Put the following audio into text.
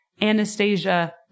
Anastasia